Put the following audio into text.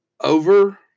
over